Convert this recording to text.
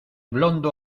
blondo